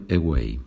away